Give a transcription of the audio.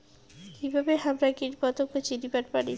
কিভাবে হামরা কীটপতঙ্গ চিনিবার পারি?